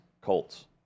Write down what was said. Colts